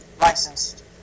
licensed